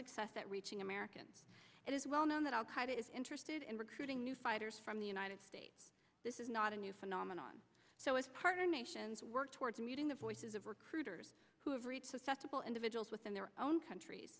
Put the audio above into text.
success at reaching american it is well known that al qaeda is interested in recruiting new fighters from the united states this is not a new phenomenon so as part of nations work towards meeting the voices of recruiters who have reached successful individuals within their own countries